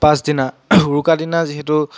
পাছদিনা উৰুকা দিনা যিহেতু